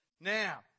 Now